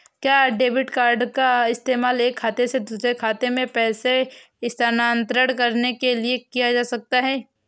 क्या debit card का इस्तेमाल एक खाते से दूसरे खाते में पैसे स्थानांतरण करने के लिए किया जा सकता है?